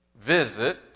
Visit